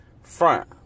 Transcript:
front